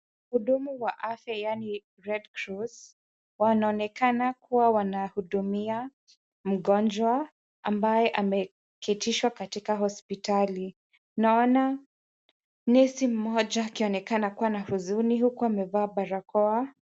Wahudumu wa afya yaani red cross , wanaonekana kuwa wanahudumia mgonjwa ambaye ameketishwa katika hospitali. Naona nesi mmoja akionekana kuwa na huzuni huku amevaa barakoa.